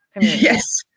Yes